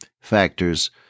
factors